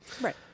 Right